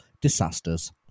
disasters